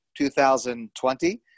2020